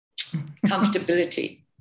comfortability